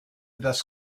das